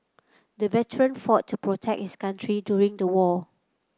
the veteran fought to protect his country during the war